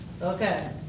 Okay